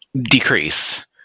decrease